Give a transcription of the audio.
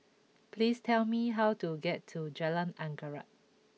please tell me how to get to Jalan Anggerek